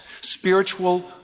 spiritual